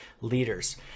leaders